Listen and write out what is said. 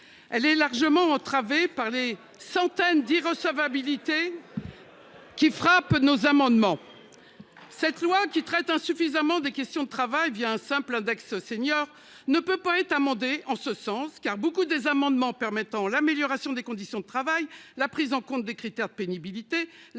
Elle est largement entravée par les centaines d'irrecevabilité. Qui frappe nos amendements. Cette loi qui traitent insuffisamment des questions de travail via un simple index senior ne peut pas être amendé en ce sens qu'a beaucoup des amendements permettant l'amélioration des conditions de travail, la prise en compte des critères de pénibilité